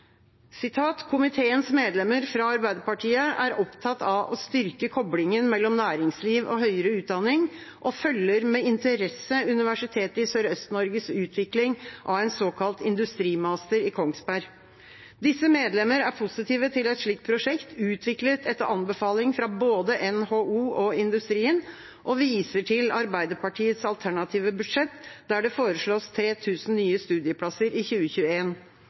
medlemmer fra Arbeiderpartiet er opptatt av å styrke koblingen mellom næringsliv og høyere utdanning og følger med interesse Universitetet i Sørøst-Norges utvikling av en såkalt industrimaster i Kongsberg. Disse medlemmer er positive til et slikt prosjekt, utviklet etter anbefaling fra både NHO og industrien, og viser til Arbeiderpartiets alternative budsjett, der det foreslås 3 000 nye studieplasser i